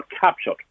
captured